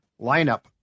lineup